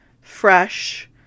fresh